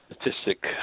statistic